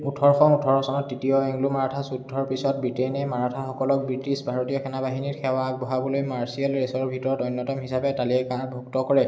ওঁঠৰশ ওঁঠৰ চনত তৃতীয় এংলো মাৰাঠা যুদ্ধৰ পিছত ব্ৰিটেইনে মাৰাঠাসকলক ব্ৰিটিছ ভাৰতীয় সেনাবাহিনীত সেৱা আগবঢ়াবলৈ মাৰ্চিয়েল ৰে'চৰ ভিতৰত অন্যতম হিচাপে তালিকাভুক্ত কৰে